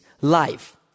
life